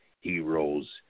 heroes